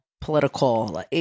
political